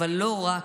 אבל לא רק,